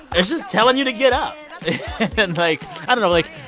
it's just telling you to get up. and like i don't know. like,